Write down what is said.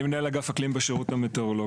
אני מנהל אגף אקלים בשירות המטאורולוגי.